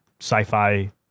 sci-fi